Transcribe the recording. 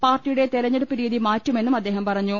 പാർട്ടിയുടെ തെരഞ്ഞെ ടുപ്പ് രീതി മാറ്റുമെന്നും അദ്ദേഹം പറഞ്ഞു